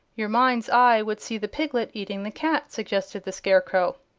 your mind's eye would see the piglet eating the cat, suggested the scarecrow.